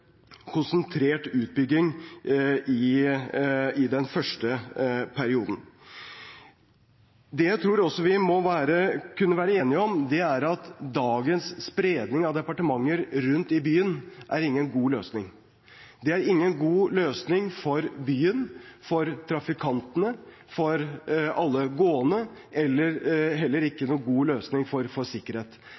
konsentrert utbygging i den første perioden. Det jeg også tror vi må kunne være enige om, er at dagens spredning av departementer rundt i byen er ingen god løsning. Det er ingen god løsning for byen, for trafikantene, for alle gående og heller ikke noen god løsning for sikkerhet. Det er for